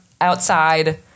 outside